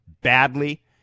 badly